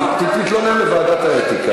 תתלונן לוועדת האתיקה.